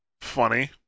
funny